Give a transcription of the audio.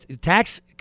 tax